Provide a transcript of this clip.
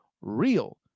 real